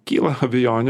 kyla abejonių